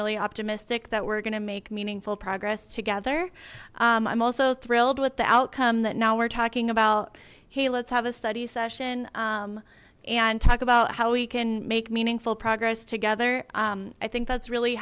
really optimistic that we're gonna make meaningful progress together i'm also thrilled with the outcome that now we're talking about hey let's have a study session and talk about how we can make meaningful progress together i think that's really